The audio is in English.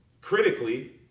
critically